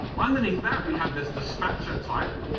underneath that, we have this dispatcher type,